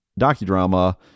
docudrama